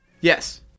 Yes